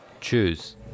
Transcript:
Choose